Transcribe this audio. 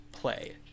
play